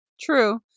True